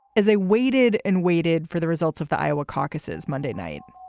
as a waited and waited for the results of the iowa caucuses monday night,